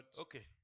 Okay